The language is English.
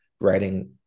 writing